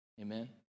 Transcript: amen